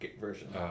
version